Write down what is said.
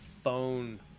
phone